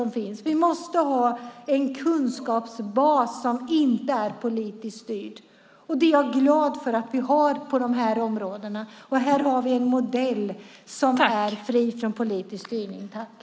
Vi måste ha en kunskapsbas som inte är politiskt styrd. Jag är glad över att vi har det på dessa områden; här har vi en modell som är fri från politisk styrning.